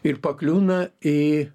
ir pakliūna į